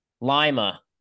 lima